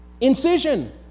incision